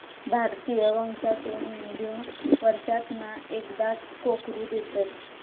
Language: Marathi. भारतीय वंशाच्यो मेंढयो वर्षांतना एकदाच कोकरू देतत